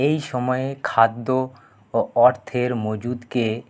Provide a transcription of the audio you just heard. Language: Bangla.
এই সময়ে খাদ্য ও অর্থের মজুদকে